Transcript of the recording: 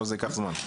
אבל זה ייקח זמן.